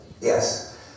Yes